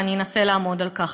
ואני אנסה לעמוד על כך.